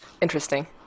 interesting